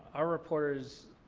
our reporters